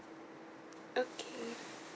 okay